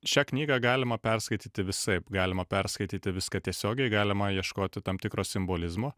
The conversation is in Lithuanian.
šią knygą galima perskaityti visaip galima perskaityti viską tiesiogiai galima ieškoti tam tikro simbolizmo